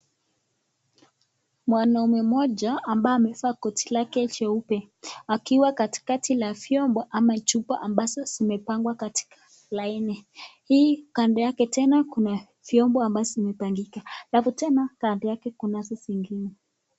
Mwanaume mmoja ambaye amevaa koti lake jeupe akiwa katikati la viombo ama chupa ambazo zimepangwa katika laini ,hii kando yake tena kuna viombo ambazo zimepangika alafu tena kando yake kunazo zingine.